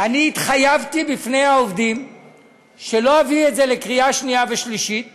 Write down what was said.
והתחייבתי בפני העובדים שלא אביא את זה לקריאה שנייה ושלישית